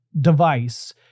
device